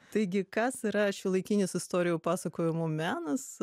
taigi kas yra šiuolaikinis istorijų pasakojimo menas